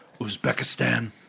Uzbekistan